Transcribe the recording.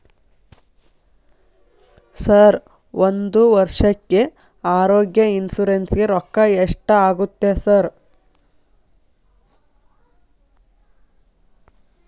Sir ಒಂದು ವರ್ಷಕ್ಕೆ ಆರೋಗ್ಯ ಇನ್ಶೂರೆನ್ಸ್ ಗೇ ರೊಕ್ಕಾ ಎಷ್ಟಾಗುತ್ತೆ ಸರ್?